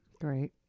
Great